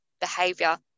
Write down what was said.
behavior